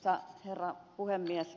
arvoisa herra puhemies